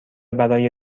برای